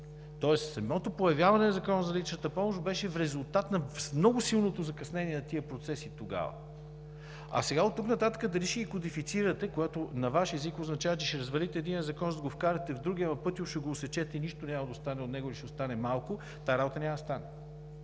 Тоест самото появяване на Закона за личната помощ беше в резултат на много силното закъснение на тези процеси тогава. А сега, оттук нататък, дали ще ги кодифицирате, което на Ваш език означава, че ще развалите единия закон, за да го вкарате в другия, ама пътьом ще го осечете и нищо няма да остане от него, или ще остане малко, тази работа няма да стане.